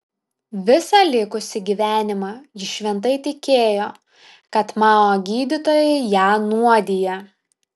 visą likusį gyvenimą ji šventai tikėjo kad mao gydytojai ją nuodija